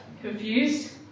confused